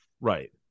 Right